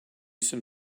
some